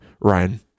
Ryan